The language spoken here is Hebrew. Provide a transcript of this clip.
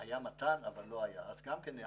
היה מת"ן ולא היה מרכז חוסן.